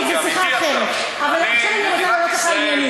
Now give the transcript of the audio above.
אמיתי עכשיו אבל תרשה לי לענות לך עניינית,